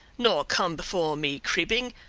nor come before me creeping.